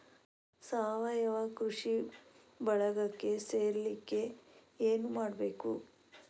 ಸಾವಯವ ಕೃಷಿ ಬಳಗಕ್ಕೆ ಸೇರ್ಲಿಕ್ಕೆ ಏನು ಮಾಡ್ಬೇಕು?